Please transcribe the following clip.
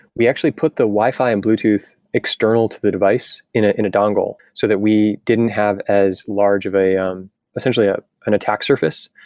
we actually put the wi-fi and bluetooth external to the device in ah in a dongle so that we didn't have as large of um essentially ah an attack surface.